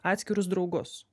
atskirus draugus